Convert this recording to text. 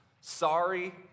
Sorry